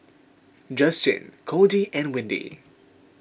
Justin Cordie and Windy